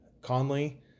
Conley